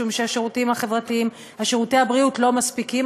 משום ששירותי הבריאות לא מספיקים,